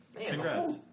Congrats